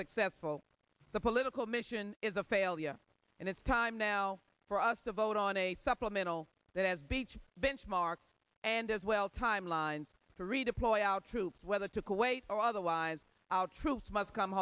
successful the political mission is a failure and it's time now for us to vote on a supplemental that has beach benchmarks and as well timelines to redeploy troops whether to kuwait or otherwise outfields must come